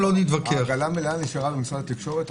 העגלה המלאה נשארה במשרד התקשורת.